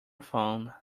phone